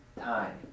time